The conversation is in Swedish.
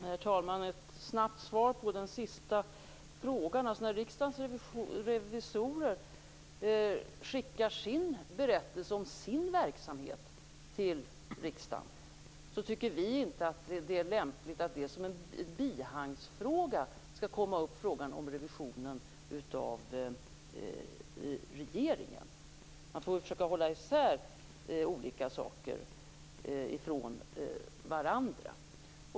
Herr talman! Jag skall ge ett snabbt svar på den sista frågan. När Riksdagens revisorer skickar sin berättelse om sin verksamhet till riksdagen tycker vi inte att det är lämpligt att frågan om revisionen av regeringen skall komma upp som en bihangsfråga. Man får försöka hålla isär olika saker från varandra.